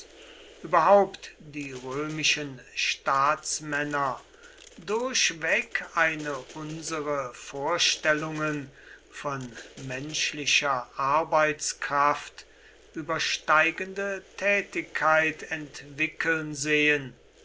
überhaupt die römischen staatsmänner durchweg eine unsere vorstellungen von menschlicher arbeitskraft übersteigende tätigkeit entwickeln sehen